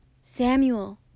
Samuel